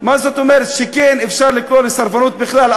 מה זאת אומרת שכן אפשר לקרוא לסרבנות בכלל,